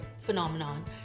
phenomenon